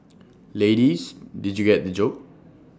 ladies did you get the joke